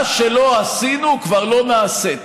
מה שלא עשינו, כבר לא נעשה.